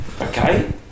okay